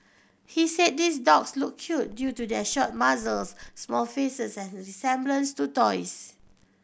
he said these dogs look cute due to their short muzzles small faces and resemblance to toys